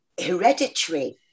hereditary